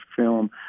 film